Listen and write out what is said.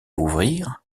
ouvrir